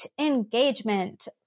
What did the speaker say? engagement